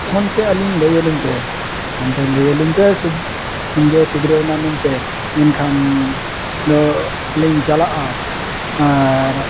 phone ᱛᱮ ᱟᱹᱞᱤᱧ ᱞᱟᱹᱭᱟᱞᱤᱧ ᱯᱮ ᱯᱷᱳᱱ ᱛᱮ ᱞᱟᱹᱭᱟᱞᱤᱧ ᱯᱮ ᱡᱮ ᱥᱩᱫᱨᱟᱹᱣ ᱮᱱᱟ ᱢᱮᱱᱛᱮ ᱮᱱᱠᱷᱟᱱ ᱫᱚ ᱞᱤᱧ ᱪᱟᱞᱟᱜᱼᱟ ᱟᱨ